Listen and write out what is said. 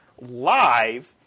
live